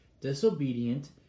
disobedient